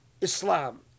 Islam